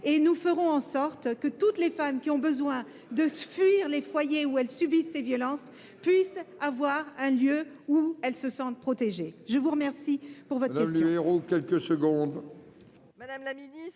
et nous ferons en sorte que toutes les femmes qui ont besoin de fuir les foyers où elles subissent ces violences puissent trouver un lieu où elles se sentent protégées. Je vous remercie de votre question.